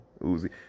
Uzi